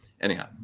anyhow